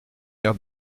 air